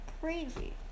crazy